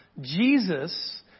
Jesus